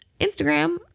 Instagram